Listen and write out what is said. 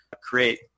create